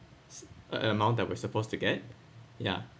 s~ uh amount that we suppose to get ya